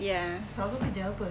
ya